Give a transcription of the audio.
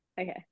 Okay